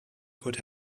could